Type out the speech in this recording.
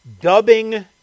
dubbing